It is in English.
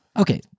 Okay